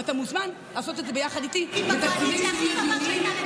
ואתה מוזמן לעשות את זה ביחד איתי בתקציבים שיהיו הגיוניים,